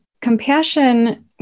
compassion